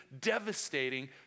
devastating